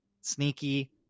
sneaky